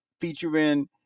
featuring